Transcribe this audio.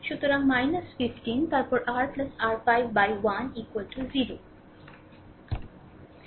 সুতরাং 15 তারপরে r r5 by 1 0